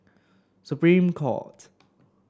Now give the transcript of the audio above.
Supreme Court